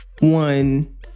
one